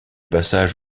passage